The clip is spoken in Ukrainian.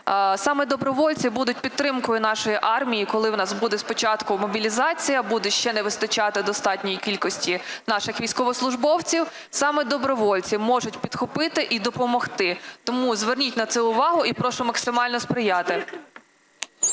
саме добровольці будуть підтримкою нашої армії, коли в нас буде спочатку мобілізація, буде ще не вистачати достатньої кількості наших військовослужбовців, саме добровольці можуть підхопити і допомогти. Тому зверніть на це увагу і прошу максимально сприяти.